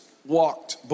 walked